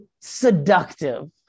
seductive